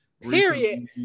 Period